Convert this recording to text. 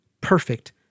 Perfect